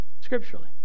scripturally